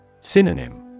Synonym